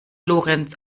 lorenz